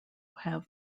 have